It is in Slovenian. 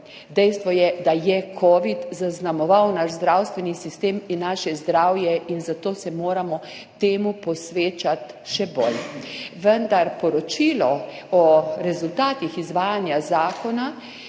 Dejstvo je, da je covid zaznamoval naš zdravstveni sistem in naše zdravje in zato se moramo temu posvečati še bolj, vendar poročilo o rezultatih izvajanja zakona